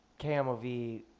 KMOV